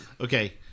Okay